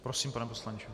Prosím, pane poslanče.